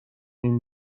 این